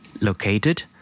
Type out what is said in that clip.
located